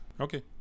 Okay